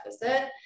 deficit